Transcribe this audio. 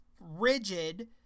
rigid